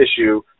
issue